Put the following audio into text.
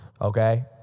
Okay